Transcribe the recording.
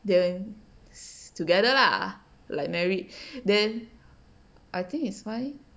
then together lah like married then I think it's fine